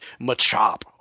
Machop